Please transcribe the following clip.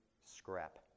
scrap